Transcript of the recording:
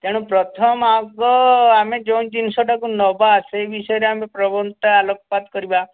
ତେଣୁ ପ୍ରଥମ ଆଗ ଆମେ ଯୋଉଁ ଜିନିଷଟାକୁ ନେବା ସେଇ ବିଷୟରେ ଆମେ ପ୍ରବନ୍ଧଟା ଆଲୋକପାତ କରିବା